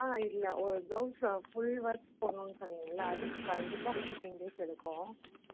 ஆ இல்லை ஒரு பிளவுஸை ஃபுல் ஒர்க் போடணுன்னு சொன்னீங்கள்ல அதுக்கு கண்டிப்பாக ஃபிஃப்டின் டேஸ் எடுக்கும்